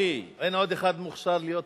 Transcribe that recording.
אין עוד אחד מוכשר להיות רב?